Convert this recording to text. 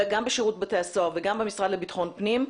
גם בשירות בתי הסוהר וגם במשרד לבטחון פנים,